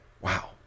Wow